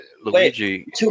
Luigi